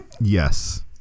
Yes